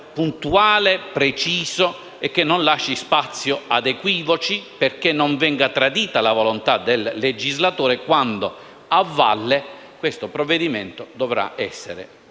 puntuale, preciso e che non lasci spazio a equivoci, perché non venga tradita la volontà del legislatore, quando a valle questo provvedimento dovrà essere